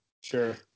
Sure